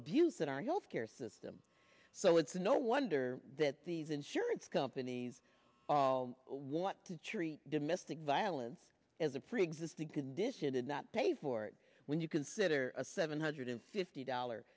abuse that our health care system so it's no wonder that these insurance companies all want to treat domestic violence as a preexisting condition and not pay for it when you consider a seven hundred fifty dollar